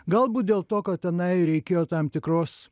galbūt dėl to kad tenai reikėjo tam tikros